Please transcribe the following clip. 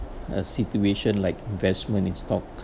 a situation like investment in stock